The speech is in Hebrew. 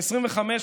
25 כבר,